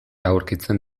aurkitzen